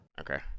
Okay